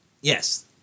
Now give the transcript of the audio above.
Yes